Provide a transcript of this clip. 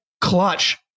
clutch